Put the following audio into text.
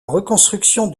reconstruction